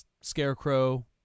scarecrow